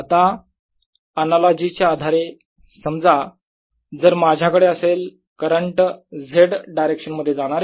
आता अनालॉजी च्या आधारे समजा जर माझ्याकडे असेल करंट z डायरेक्शन मध्ये जाणारे